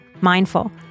Mindful